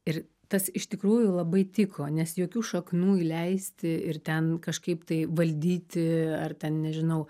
ir tas iš tikrųjų labai tiko nes jokių šaknų įleisti ir ten kažkaip tai valdyti ar ten nežinau